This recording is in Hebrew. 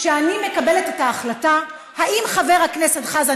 שאני מקבלת את ההחלטה אם חבר הכנסת חזן